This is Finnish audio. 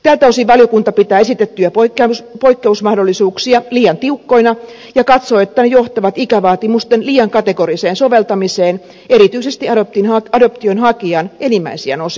tältä osin valiokunta pitää esitettyjä poikkeusmahdollisuuksia liian tiukkoina ja katsoo että ne johtavat ikävaatimusten liian kategoriseen soveltamiseen erityisesti adoptionhakijan enimmäisiän osalta